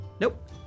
Nope